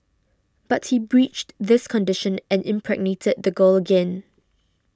but he breached this condition and impregnated the girl again